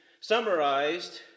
summarized